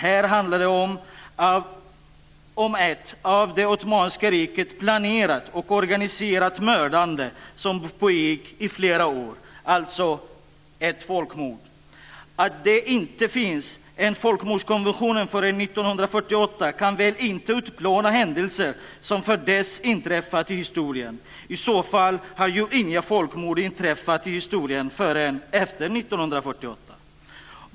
Här handlar det om ett av det ottomanska riket planerat och organiserat mördande som pågick i flera år, alltså ett folkmord. Att det inte fanns en folkmordskonvention förrän 1948 kan väl inte utplåna händelser som inträffat i historien innan dess. I så fall har ju inga folkmord inträffat i historien förrän efter 1948.